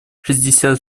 шестьдесят